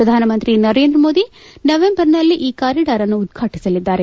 ಪ್ರಧಾನಮಂತ್ರಿ ನರೇಂದ್ರ ಮೋದಿ ನವೆಂಬರ್ನಲ್ಲಿ ಈ ಕಾರಿಡಾರ್ಅನ್ನು ಉದ್ವಾಟಿಸಲಿದ್ದಾರೆ